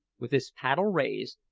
with his paddle raised,